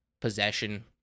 possession